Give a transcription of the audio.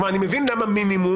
כלומר, אני מבין למה מינימום.